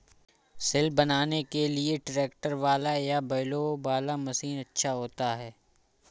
सिल बनाने के लिए ट्रैक्टर वाला या बैलों वाला मशीन अच्छा होता है?